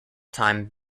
time